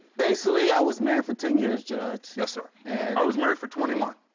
basically, i was married for ten years, judge. yes, sir, and i was married for twenty one.